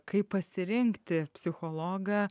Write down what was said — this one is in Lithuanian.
kaip pasirinkti psichologą